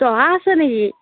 জহা আছে নেকি